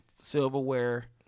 silverware